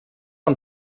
und